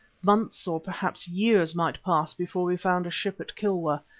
months or perhaps years might pass before we found a ship at kilwa,